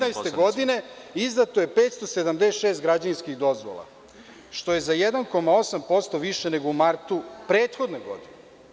U martu 2015. godine izdato je 576 građevinskih dozvola, što je za 1,8% više nego u martu prethodne godine.